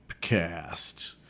cast